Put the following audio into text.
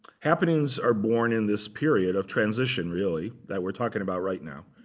happenings are born in this period of transition, really, that we're talking about right now,